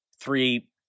three